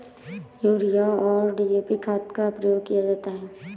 urea और DAP खाद का प्रयोग किया जाता है